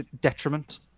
detriment